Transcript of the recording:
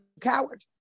coward